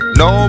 no